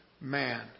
man